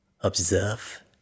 observe